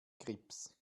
grips